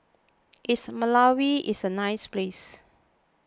is Malawi is a nice place